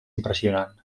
impressionant